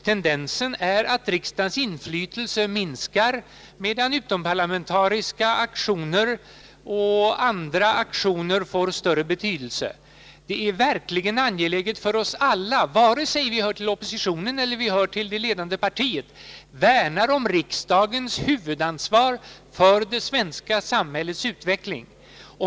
Tendensen är att riksdagens inflytande minskar, medan utomparlamentariska aktioner får större betydelse. Det är verkligen angeläget för oss alla, oavsett om vi hör till oppositionen eller till det ledande partiet, att värna om riksdagens huvudansvar för det svenska samhällets utveckling.